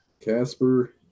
Casper